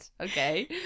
Okay